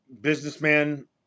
businessman